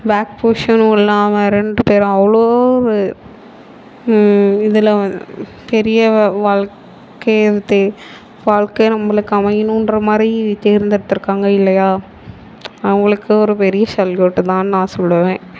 back போஷணும் இல்லாமல் ரெண்டு பேரும் அவ்வளோவு இதில் பெரிய வாழ்க்கையை தே வாழ்க்கை நம்மளுக்கு அமையணுகிற மாதிரி தேர்ந்தெடுத்திருக்காங்க இல்லையா அவங்களுக்கு ஒரு பெரிய சல்யூட் தான்னு நான் சொல்லுவேன்